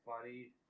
funny